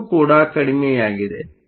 ಇದು ಕೂಡ ಕಡಿಮೆಯಾಗಿದೆ